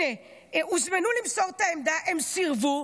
הם הוזמנו למסור את העמדה, הם סירבו.